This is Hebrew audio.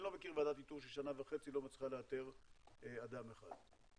אני לא מכיר ועדת איתור ששנה וחצי לא מצליחה לאתר אדם אחד.